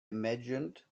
imagined